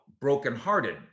brokenhearted